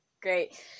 Great